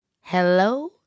hello